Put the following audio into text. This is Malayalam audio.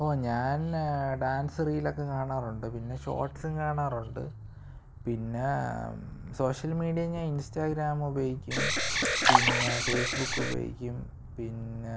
ആ ഞാൻ ഡാൻസ് റീലൊക്കെ കാണാറുണ്ട് പിന്നെ ഷോർട്സും കാണാറുണ്ട് പിന്നെ സോഷ്യൽ മീഡിയ ഞാൻ ഇൻസ്റ്റാഗ്രാം ഉപയോഗിക്കും പിന്നെ ഫേസ്ബുക്ക് ഉപയോഗിക്കും പിന്നെ